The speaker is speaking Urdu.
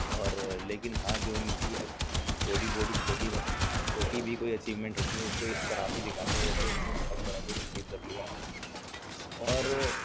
اور لیکن ہاں جو ان کی چھوٹی بوٹی چھوٹی بو چھوٹی بھی کوئی اچیومینٹ ہوتی ہیں تو اس کو اس طرح سے دکھاتے ہیں جیسے انہوں نے بہت بڑا کچھ اچیو کر لیا اور